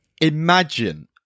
Imagine